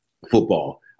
football